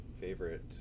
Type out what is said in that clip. favorite